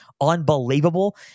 Unbelievable